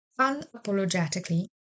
unapologetically